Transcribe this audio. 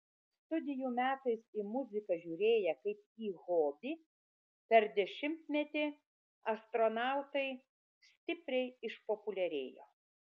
studijų metais į muziką žiūrėję kaip į hobį per dešimtmetį astronautai stipriai išpopuliarėjo